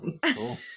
Cool